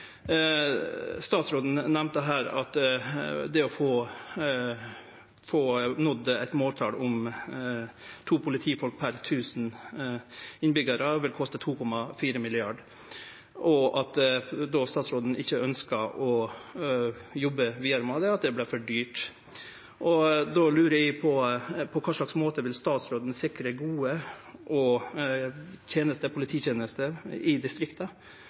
Statsråden nemnde at å få nådd eit måltal om to politifolk per tusen innbyggjarar vil koste 2,4 mrd. kr, og at statsråden ikkje ønskjer å jobbe vidare med det. Det vert for dyrt. Då lurer eg på: På kva slags måte vil statsråden sikre gode polititenester i distrikta